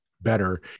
better